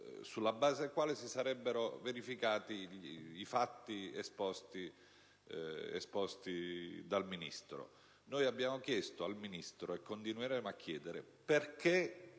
sulla base del quale si sarebbero verificati i fatti esposti dal Ministro. Abbiamo chiesto al Ministro e continueremo a chiedere perché